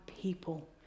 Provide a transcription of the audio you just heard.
people